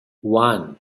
one